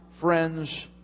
friends